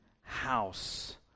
house